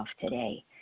today